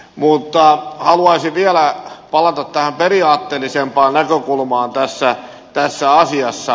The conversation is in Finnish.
mutta haluaisin vielä palata tähän periaatteellisempaan näkökulmaan tässä asiassa